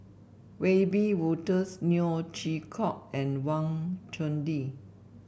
Wiebe Wolters Neo Chwee Kok and Wang Chunde